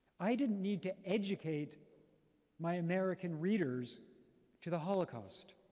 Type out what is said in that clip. i didn't need to educate my american readers to the holocaust.